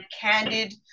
candid